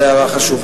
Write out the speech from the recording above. זו הערה חשובה.